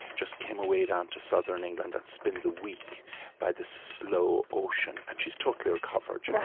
just came away down to southern england and spent the week by the slow ocean, and she's totally recovered.